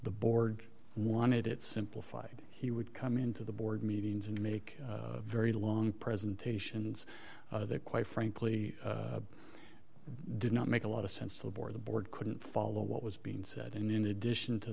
the board wanted it simplified he would come into the board meetings and make very long presentations there quite frankly did not make a lot of sense to the board the board couldn't follow what was being said and in addition to